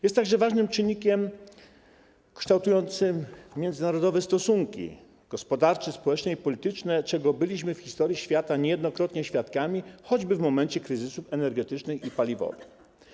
Jest także ważnym czynnikiem kształtującym międzynarodowe stosunki gospodarcze, społeczne i polityczne, czego byliśmy w historii świata niejednokrotnie świadkami, choćby w momencie kryzysów energetycznych i paliwowych.